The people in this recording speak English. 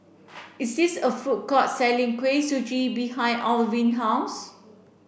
is this a food court selling Kuih Suji behind Alwin's house